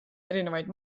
erinevaid